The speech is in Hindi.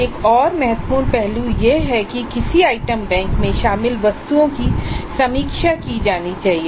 एक और महत्वपूर्ण पहलू यह है कि किसी आइटम बैंक में शामिल वस्तुओं की समीक्षा की जानी चाहिए